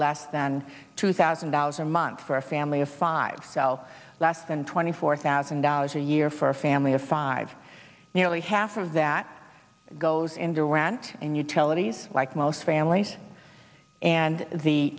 less than two thousand dollars a month for a family of five though less than twenty four thousand dollars a year for a family of five nearly half of that goes into rand and utilities like most families and the